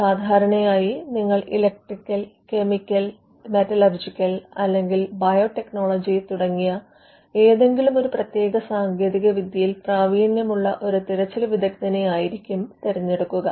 സാധാരണയായി നിങ്ങൾ electrical chemical metallurgical അല്ലെങ്കിൽ ബയോടെക്നോളജി തുടങ്ങിയ ഏതെങ്കിലുമൊരു പ്രത്യേക സാങ്കേതികവിദ്യയിൽ പ്രാവീണ്യമുള്ള ഒരു തിരച്ചിൽ വിദഗ്ധനെ ആയിരിക്കും തിരഞ്ഞെടുക്കുക